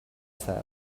said